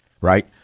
right